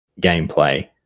gameplay